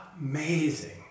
amazing